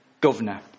governor